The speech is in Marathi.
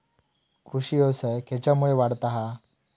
कृषीव्यवसाय खेच्यामुळे वाढता हा?